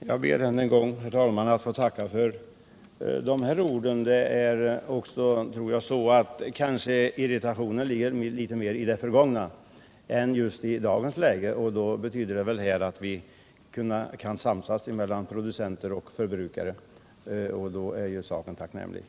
Herr talman! Jag ber än en gång att få tacka för de här orden. Det är kanske så att irritationen finns litet mer i det förgångna än just i dagens läge. Det betyder väl att producenter och förbrukare skall kunna samsas, och det vore ju tacknämligt.